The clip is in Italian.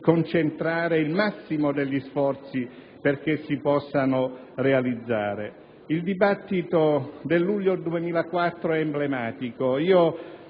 concentrare il massimo degli sforzi affinché si possano realizzare. Il dibattito del 14 luglio 2004 è emblematico.